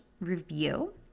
review